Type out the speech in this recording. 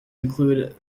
include